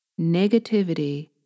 negativity